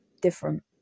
different